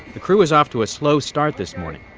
the crew was off to a slow start this morning.